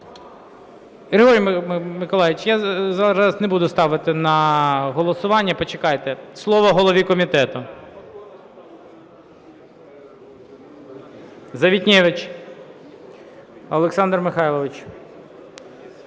Григорій Миколайович, я зараз не буду ставити на голосування, почекайте. Слово голові комітету. Завітневич Олександр Михайлович.